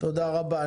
תודה רבה.